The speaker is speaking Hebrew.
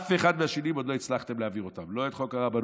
אף אחד מהשינויים עוד לא הצלחתם להעביר: לא את חוק הרבנות,